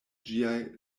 ĝiaj